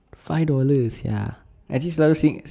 five dollar sia at this level since